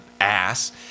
ass